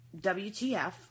WTF